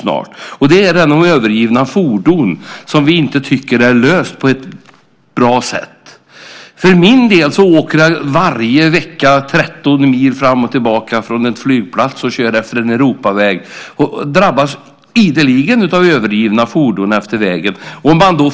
Vi tycker inte att frågan om övergivna fordon är löst på ett bra sätt. Jag åker varje vecka 13 mil fram och tillbaka från en flygplats. Jag kör utefter en Europaväg. Där finns ideligen övergivna fordon efter vägen.